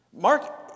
Mark